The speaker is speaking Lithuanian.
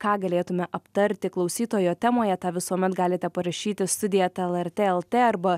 ką galėtume aptarti klausytojo temoje tą visuomet galite parašyti studija eta lrt lt arba